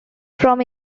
from